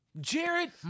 Jared